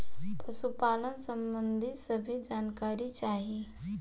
पशुपालन सबंधी सभे जानकारी चाही?